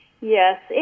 yes